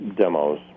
demos